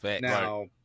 Now